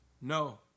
No